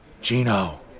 Gino